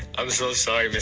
i'm so sorry,